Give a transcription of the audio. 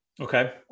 Okay